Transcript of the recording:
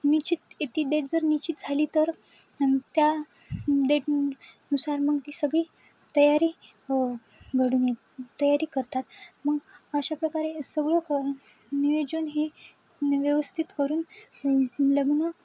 निश्चित ए ती डेट जर निश्चित झाली तर त्या डेट नुसार मग ती सगळी तयारी घडून ये तयारी करतात मग अशा प्रकारे सगळं क नियोजन हे व्यवस्थित करून लग्न